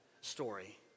story